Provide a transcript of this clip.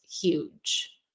huge